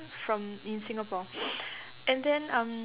from in Singapore and then um